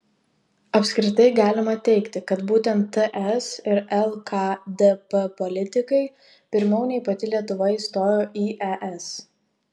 apskritai galima teigti kad būtent ts ir lkdp politikai pirmiau nei pati lietuva įstojo į es